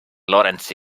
laurence